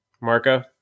Marco